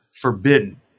forbidden